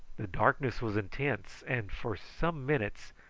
the darkness was intense, and for some minutes,